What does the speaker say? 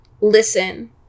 listen